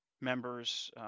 members